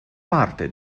parte